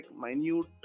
minute